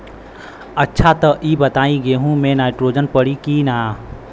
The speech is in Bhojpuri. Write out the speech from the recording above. अच्छा त ई बताईं गेहूँ मे नाइट्रोजन पड़ी कि ना?